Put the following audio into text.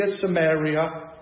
Samaria